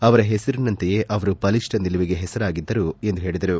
ಅವರ ಹೆಸರಿನಂತೆಯೇ ಅವರು ಬಲಿಷ್ಣ ನಿಲುವಿಗೆ ಹೆಸರಾಗಿದ್ದರು ಎಂದು ಹೇಳಿದರು